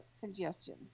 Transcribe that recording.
congestion